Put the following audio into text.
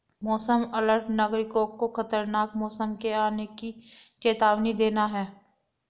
मौसम अलर्ट नागरिकों को खतरनाक मौसम के आने की चेतावनी देना है